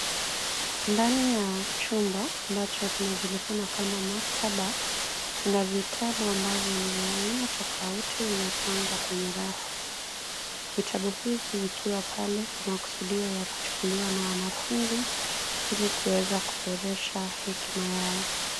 Ndani ya chumba ambacho kinajulikana kama maktaba kuna vitabu ambavyo ni vya aina tofauti vimepangwa kwenye rafu vitabu hivyo ikiwa pale kwa maksudi ya kuchukuliwa na wanafunzi ili kuweza kuboresha hekima yao.